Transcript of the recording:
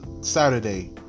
Saturday